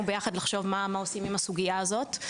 ביחד צריכים לחשוב מה עושים עם הסוגיה הזאת.